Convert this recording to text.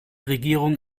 regierung